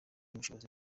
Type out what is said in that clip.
ubushobozi